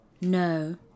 No